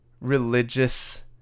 religious